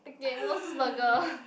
okay Mos-Burger